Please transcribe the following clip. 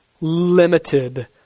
limited